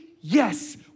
Yes